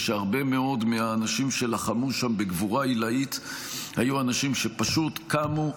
ושהרבה מאוד מהאנשים שלחמו שם בגבורה עילאית היו אנשים שפשוט קמו,